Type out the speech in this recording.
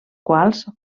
quals